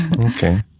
Okay